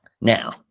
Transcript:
Now